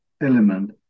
element